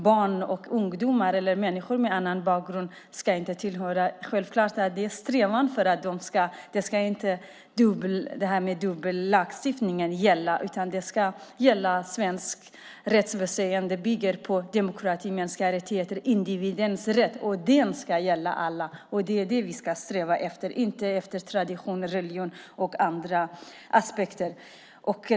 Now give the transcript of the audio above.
När det gäller människor med annan bakgrund är det självklart en strävan att det inte ska finnas en dubbel lagstiftning. Svenskt rättsväsen ska gälla som bygger på demokrati, mänskliga rättigheter och individens rätt. Det ska gälla alla. Det är det vi ska sträva efter, inte efter tradition, religion och andra aspekter.